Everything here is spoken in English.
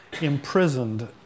imprisoned